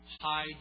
hide